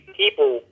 people